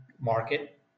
market